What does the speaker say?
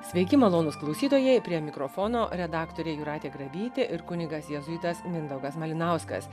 sveiki malonūs klausytojai prie mikrofono redaktorė jūratė grabytė ir kunigas jėzuitas mindaugas malinauskas